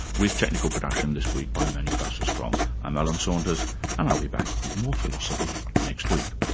with technical production this week by menny wasserstrom. i'm alan saunders and i'll be back with more philosophy next week